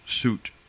suit